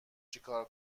چکار